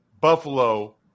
Buffalo